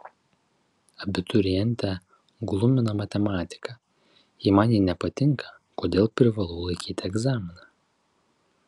abiturientę glumina matematika jei man ji nepatinka kodėl privalau laikyti egzaminą